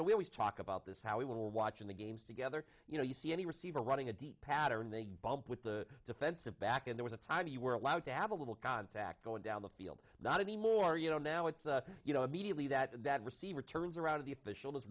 know we always talk about this how we were watching the games together you know you see any receiver running a deep pattern they bump with the defensive back in there was a time you were allowed to have a little contact going down the field not anymore you know now it's you know immediately that that receiver turns around to the official